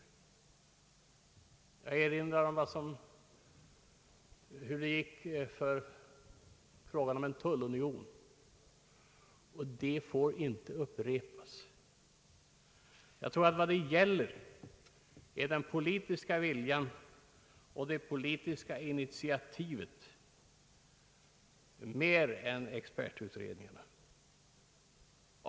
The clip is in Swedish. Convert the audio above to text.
Jag erinrar om hur det gick i fråga om en tullunion. Det får inte upprepas. Jag tror att vad det gäller är den politiska viljan och det politiska initiativet mer än expertutredningarna.